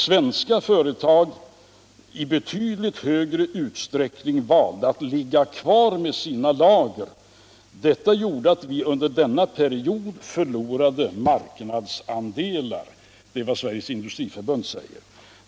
Svenska företag i betydligt högre utsträckning valde att ligga kvar med sina lager. Detta gjorde att vi under denna period förlorade marknadsandelar.” Det är vad Sveriges industriförbund säger.